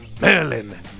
Merlin